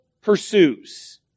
pursues